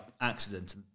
accident